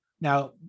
now